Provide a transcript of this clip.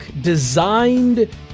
designed